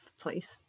place